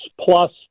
plus